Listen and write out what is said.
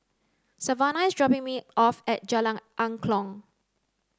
Savana is dropping me off at Jalan Angklong